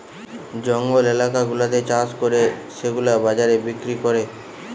জঙ্গল এলাকা গুলাতে চাষ করে সেগুলা বাজারে বিক্রি করে